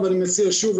ואני מציע שוב,